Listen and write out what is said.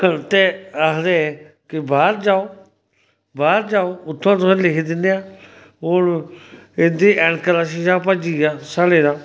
ते आखदे कि बाह्र जाओ बाह्र जाओ उत्थूं दा तुसें गी लिखी दिन्ने आं हून इं'दी ऐनक दा शीशा भज्जी गेआ साढ़े दा